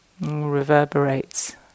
reverberates